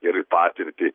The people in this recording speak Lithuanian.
ir patirtį